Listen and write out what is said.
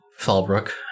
Falbrook